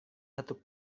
satu